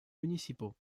municipaux